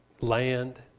land